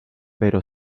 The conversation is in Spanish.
pero